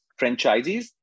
franchisees